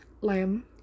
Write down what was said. lamb